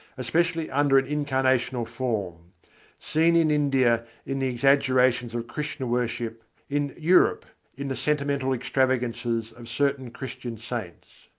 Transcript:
especially under an incarnational form seen in india in the exaggerations of krishna worship, in europe in the sentimental extravagances of certain christian saints.